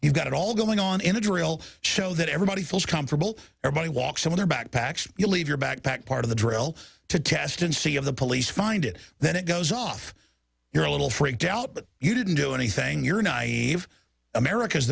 you've got it all going on in a drill show that everybody feels comfortable everybody walks in with our backpacks you leave your backpack part of the drill to test and see of the police find it then it goes off you're a little freaked out but you didn't do anything you're naive america's